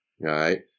right